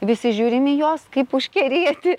visi žiūrim į juos kaip užkerėti